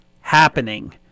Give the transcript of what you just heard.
happening